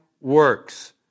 works